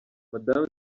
madamu